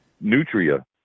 Nutria